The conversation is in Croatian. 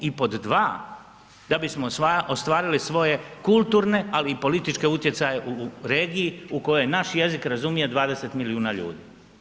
I pod dva, da bismo ostvarili svoje kulturne, ali i političke utjecaje u regiji u kojoj naš jezik razumije 20 milijuna ljudi.